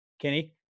Kenny